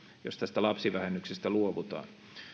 jos tästä lapsivähennyksestä luovutaan